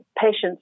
patients